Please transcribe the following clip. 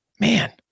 Man